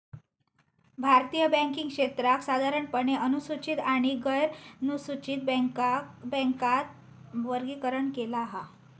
भारतीय बॅन्किंग क्षेत्राक साधारणपणे अनुसूचित आणि गैरनुसूचित बॅन्कात वर्गीकरण केला हा